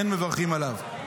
אין מברכין עליו.